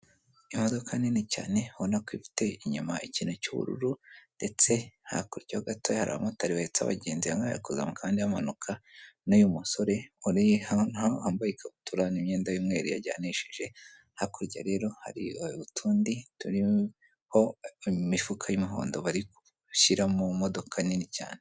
Imodoka nini cyane ubona ko ifite inyuma ikintu cy'ubururu ndetse hakurya gato hari abamotari bahetse abagenzi, bamwe bari kuzamuka abandi bamanuka n'uyu musore uri hano wambaye ikabutura n'imyenda y'umweru yajyanishije, hakurya rero hari utundi turiho imifuka y'umuhondo bari gushyira mu modoka nini cyane.